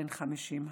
בן 50 היה.